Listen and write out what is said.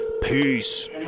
Peace